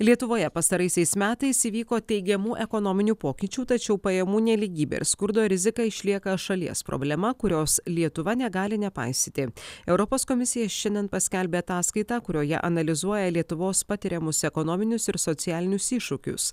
lietuvoje pastaraisiais metais įvyko teigiamų ekonominių pokyčių tačiau pajamų nelygybė ir skurdo rizika išlieka šalies problema kurios lietuva negali nepaisyti europos komisija šiandien paskelbė ataskaitą kurioje analizuoja lietuvos patiriamus ekonominius ir socialinius iššūkius